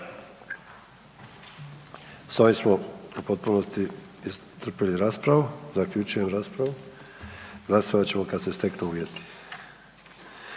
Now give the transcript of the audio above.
S ovim smo u potpunosti iscrpili raspravu, zaključujem raspravu, glasovat ćemo kad se steknu uvjeti.